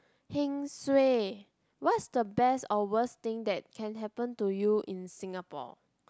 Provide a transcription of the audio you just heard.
heng suay what's the best or worst thing that can happen to you in Singapore